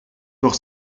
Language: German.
doch